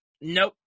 nope